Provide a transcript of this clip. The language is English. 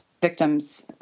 victims